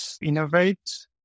innovate